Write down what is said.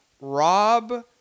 Rob